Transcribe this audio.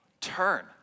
turn